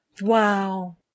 Wow